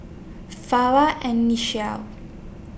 Farrah and Nichelle